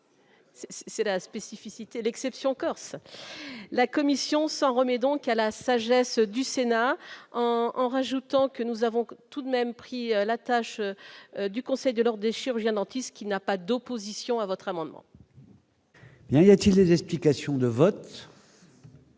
c'est la spécificité, l'exception Corse, la Commission s'en remet donc à la sagesse du Sénat en en rajoutant que nous avons tout de même pris la tâche du Conseil de l'Ordre des chirurgiens-dentistes, qui n'a pas d'opposition à votre amendement. Y a-t-il des explications de vote.